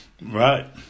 Right